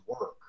work